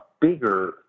bigger